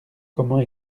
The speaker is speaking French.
comment